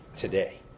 today